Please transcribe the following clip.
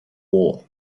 war